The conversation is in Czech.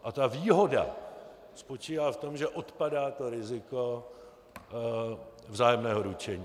A ta výhoda spočívá v tom, že odpadá to riziko vzájemného ručení.